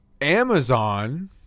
Amazon